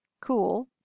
cool